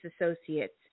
associates